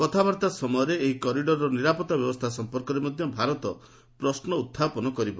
କଥାବର୍ତ୍ତା ସମୟରେ ଏହି କରିଡର୍ର ନିରାପତ୍ତା ବ୍ୟବସ୍ଥା ସମ୍ପର୍କରେ ମଧ୍ୟ ଭାରତ ପ୍ରଶ୍ନ ଉତ୍ଥାପନ କରିବ